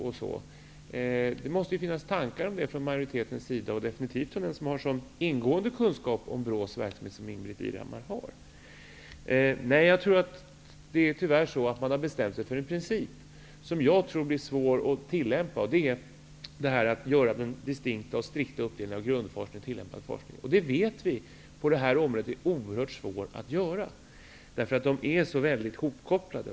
Majoriteten måste ju ha tankar om det, och definitivt den som har så ingående kunskaper om Jag tror att det tyvärr är så att man har bestämt sig för en princip som jag tror blir svår att tillämpa. Det är att göra en distinkt och strikt uppdelning i grundforskning och tillämpad forskning. Vi vet att det är oerhört svårt att göra det på det här området. De är så väldigt hopkopplade.